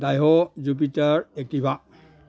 dio jupiter Activa